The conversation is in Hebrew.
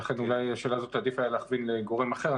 ולכן אולי עדיף היה להכווין את השאלה הזאת לגורם אחר.